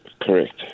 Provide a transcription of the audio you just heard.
Correct